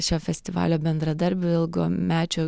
šio festivalio bendradarbiu ilgamečiu